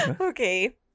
Okay